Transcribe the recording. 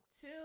two